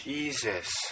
Jesus